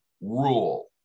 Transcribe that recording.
rule